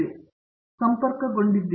ಅನಂತ ಸುಬ್ರಹ್ಮಣ್ಯನ್ ಇಬ್ಬರೂ ಸಂಪರ್ಕಗೊಂಡಿದ್ದಾರೆ